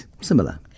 similar